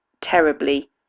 terribly